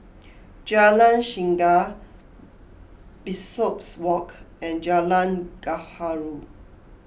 Jalan Singa Bishopswalk and Jalan Gaharu